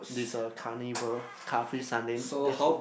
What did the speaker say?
this is a carnival car free Sunday that's